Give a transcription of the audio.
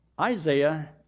Isaiah